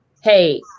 Hey